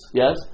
yes